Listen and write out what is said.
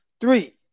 three